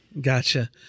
Gotcha